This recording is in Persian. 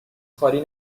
خالی